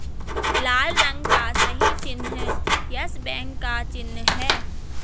लाल रंग का सही चिन्ह यस बैंक का चिन्ह है